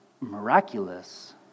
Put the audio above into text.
miraculous